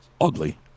ugly